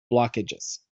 blockages